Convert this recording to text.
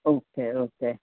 okay okay